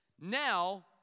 Now